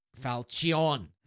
Falchion